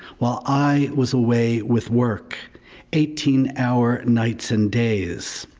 while i was away with work eighteen hour nights and days.